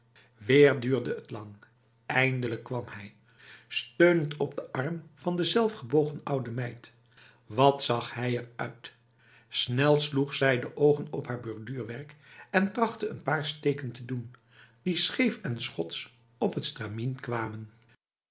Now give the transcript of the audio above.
weer duurde het lang eindelijk kwam hij steunend op de arm van de zelf gebogen oude meid wat zag hij eruit snel sloeg zij de ogen op haar borduurwerk en trachtte n paar steken te doen die scheef en schots op het stramien kwamen